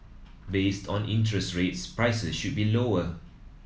based on interest rates prices should be lower